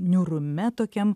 niūrume tokiam